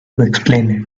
explain